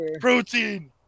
Protein